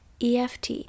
eft